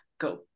go